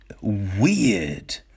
weird